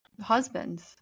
husbands